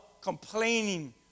Complaining